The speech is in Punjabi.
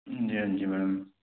ਹਾਂਜੀ ਹਾਂਜੀ ਮੈਡਮ